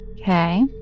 Okay